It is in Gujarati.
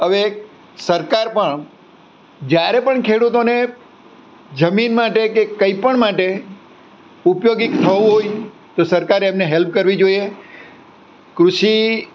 હવે સરકાર પણ જ્યારે પણ ખેડુતોને જમીન માટે કે કંઈ પણ માટે ઉપયોગી થવું હોય તો સરકારે એમને હેલ્પ કરવી જોઈએ કૃષિ